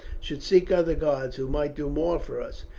should seek other gods who might do more for us.